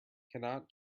cannot